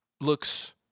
looks